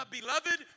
Beloved